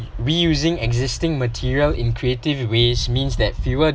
reusing existing material in creative ways means that fewer